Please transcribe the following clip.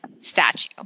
statue